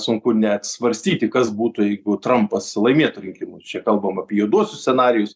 sunku net svarstyti kas būtų jeigu trampas laimėtų rinkimus čia kalbam apie juoduosius scenarijus